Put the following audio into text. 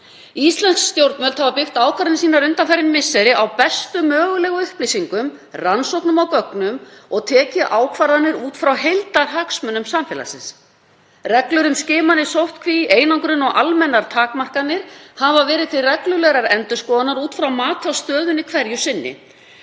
Íslensk stjórnvöld hafa byggt ákvarðanir sínar undanfarin misseri á bestu mögulegu upplýsingum, rannsóknum og gögnum og tekið ákvarðanir út frá heildarhagsmunum samfélagsins. Reglur um skimanir, sóttkví, einangrun og almennar takmarkanir hafa verið til reglulegrar endurskoðunar út frá mati á stöðunni hverju sinni